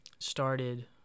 started